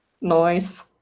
noise